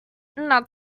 not